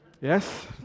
yes